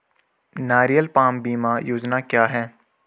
नारियल पाम बीमा योजना क्या है?